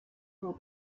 will